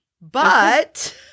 But-